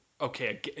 okay